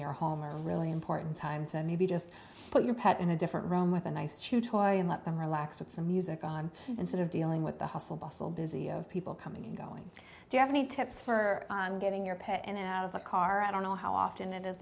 your home are really important times and maybe just put your pet in a different room with a nice chew toy and let them relax with some music on instead of dealing with the hustle bustle busy of people coming and going do you have any tips for getting your pet in and out of the car i don't know how often it is